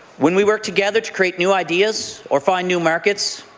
when we work together to create new ideas or find new markets,